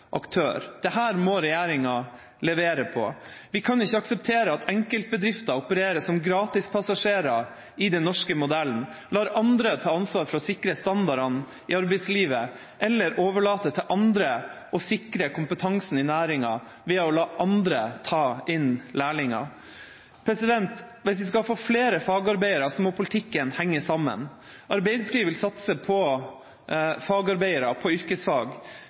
aktør. Dette må regjeringa levere på. Vi kan ikke akseptere at enkeltbedrifter opererer som gratispassasjerer i den norske modellen, lar andre ta ansvar for å sikre standardene i arbeidslivet, eller overlater til andre å sikre kompetansen i næringa ved å la andre ta inn lærlinger. Hvis vi skal få flere fagarbeidere, må politikken henge sammen. Arbeiderpartiet vil satse på fagarbeidere, på yrkesfag,